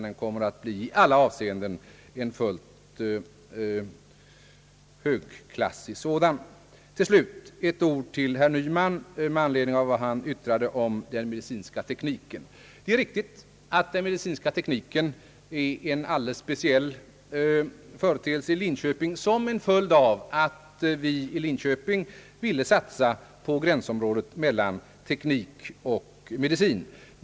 Den kommer tvärtom att i alla avseenden bli en högklassig sådan. Till slut vill jag rikta ett par ord till herr Nyman med anledning av vad han yttrade om den medicinska tekniken. Det är riktigt att den medicinska tekniken är en alldeles speciell företeelse i Linköping — detta som en följd av att vi där ville satsa på gränsområdet mellan teknik och medicin.